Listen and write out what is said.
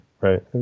Right